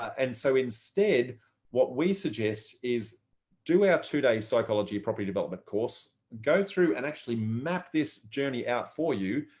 and so instead what we suggest is do our two day psychology of property development course. go through and actually map this journey out for you.